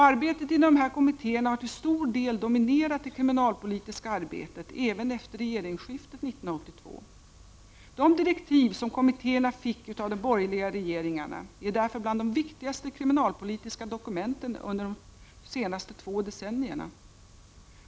Arbetet i de här kommittéerna har till stor del dominerat det kriminalpolitiska arbetet även efter 1982. De direktiv som kommittéerna fick av de borgerliga regeringarna är därför bland de viktigaste kriminalpolitiska dokumenten under de senaste två decennierna.